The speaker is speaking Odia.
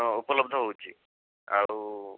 ହଁ ଉପଲବ୍ଧ ହେଉଛି ଆଉ